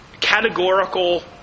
categorical